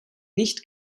nicht